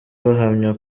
bahamya